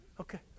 Okay